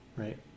Right